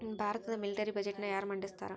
ಭಾರತದ ಮಿಲಿಟರಿ ಬಜೆಟ್ನ ಯಾರ ಮಂಡಿಸ್ತಾರಾ